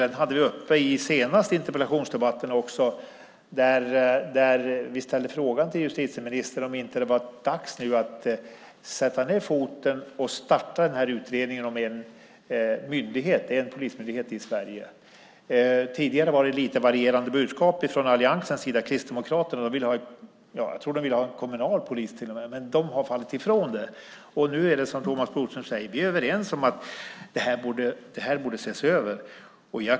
Vi hade den uppe också i den senaste interpellationsdebatten då vi ställde frågan till justitieministern om det inte var dags att sätta ned foten och starta utredningen om en polismyndighet i Sverige. Tidigare var det lite varierande budskap från alliansens sida. Kristdemokraterna tror jag till och med ville ha en kommunal polis, men de har ändrat sig. Nu är det som Thomas Bodström säger, nämligen att vi är överens om att detta borde ses över.